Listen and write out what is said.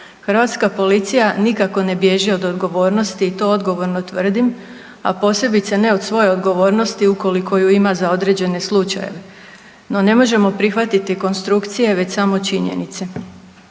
Hrvatska policija nikako ne bježi od odgovornosti i to odgovorno tvrdim, a posebice ne od svoje odgovornosti ukoliko ju ima za određene slučajeve. No, ne možemo prihvatiti konstrukcije već samo činjenice.